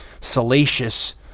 salacious